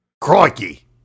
Crikey